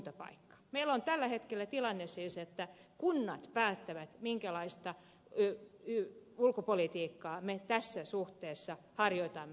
meillä on tällä hetkellä tilanne siis se että kunnat päättävät minkälaista ulkopolitiikkaa me tässä suhteessa harjoitamme